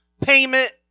payment